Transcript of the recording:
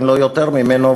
אם לא יותר ממנו,